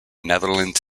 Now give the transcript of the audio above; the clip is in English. netherlands